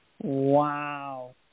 Wow